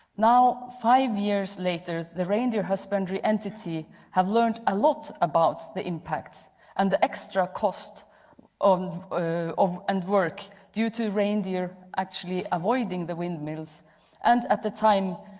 now five years later, the reindeer husbandry entity have learned a lot about the impacts and the extra cost um and work due to reindeer actually avoiding the windmills and at the time,